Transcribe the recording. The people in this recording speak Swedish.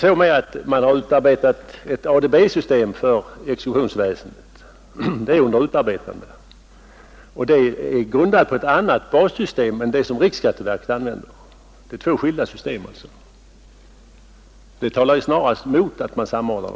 Vidare är ett ADB-system för exekutionsväsendet under utarbetande, och det är grundat på ett annat bassystem än det som riksskatteverket använder; det rör sig alltså om två skilda system och det talar snarast mot en samordning.